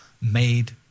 made